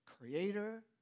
Creator